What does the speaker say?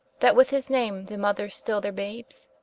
that with his name the mothers still their babes?